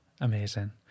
amazing